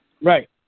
Right